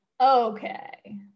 Okay